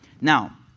Now